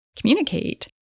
communicate